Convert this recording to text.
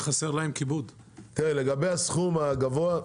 לגבי הסכום הגבוה,